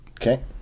Okay